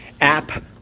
app